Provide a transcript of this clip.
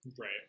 Right